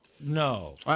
No